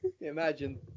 Imagine